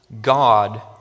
God